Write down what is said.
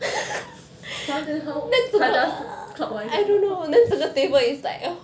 !huh! then how 他 just clockwise ah